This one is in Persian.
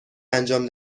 انجام